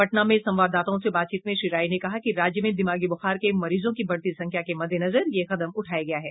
पटना में संवाददाताओं से बातचीत में श्री राय ने कहा कि राज्य में दिमागी बुखार के मरीजों की बढ़ती संख्या के मद्देनजर यह कदम उठाया गया है